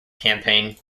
campaign